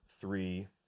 three